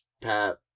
pat